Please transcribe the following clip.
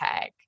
tag